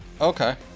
okay